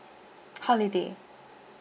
holiday